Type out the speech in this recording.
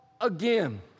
again